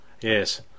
Yes